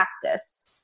practice